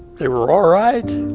they were all right,